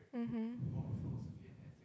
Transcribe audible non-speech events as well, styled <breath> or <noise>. mmhmm <breath>